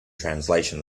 translation